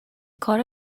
کار